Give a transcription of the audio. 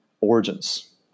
origins